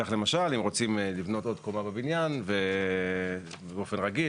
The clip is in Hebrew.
כך למשל: אם רוצים לבנות עוד קומה בבניין באופן רגיל,